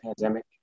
pandemic